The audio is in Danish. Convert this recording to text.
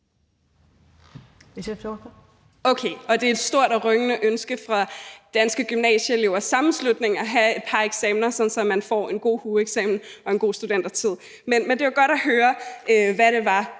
Okay, og det er et stort og rungende ønske fra Danske Gymnasieelevers Sammenslutning at have et par eksamener, sådan at man får en god hueeksamen og en god studentertid. Men det var godt at høre, hvad det var,